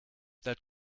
that